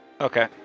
Okay